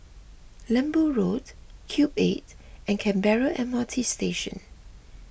Lembu Road Cube eight and Canberra M R T Station